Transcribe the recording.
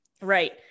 Right